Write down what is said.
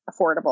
affordable